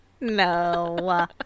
No